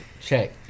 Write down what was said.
check